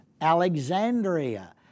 Alexandria